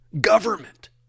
government